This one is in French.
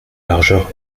largeur